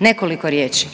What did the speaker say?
nekoliko riječi,